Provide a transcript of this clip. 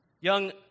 Young